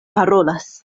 parolas